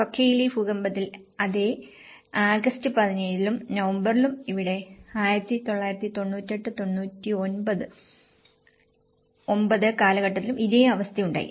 കൊക്കയിലി ഭൂകമ്പത്തിൽ ഇതേ ആഗസ്റ്റ് 17 ലും നവംബറിലും ഇവിടെ 1998 1999 ഇതേ അവസ്ഥ ഉണ്ടായി